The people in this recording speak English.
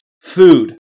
food